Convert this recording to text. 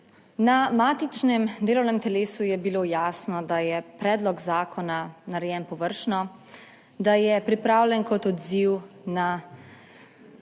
Na matičnem delovnem telesu je bilo jasno, da je predlog zakona narejen površno, da je pripravljen kot odziv na